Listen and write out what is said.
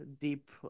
deep